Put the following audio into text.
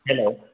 hello